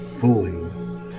fully